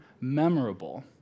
memorable